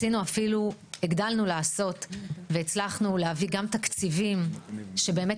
הגדלנו לעשות והצלחנו להביא גם תקציבים שבאמת